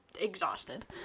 exhausted